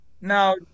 Now